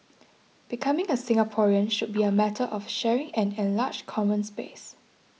becoming a Singaporean should be a matter of sharing an enlarged common space